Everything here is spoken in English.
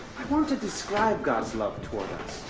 i want to describe god's love toward us.